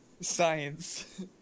Science